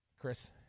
Chris